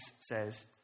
says